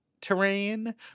terrain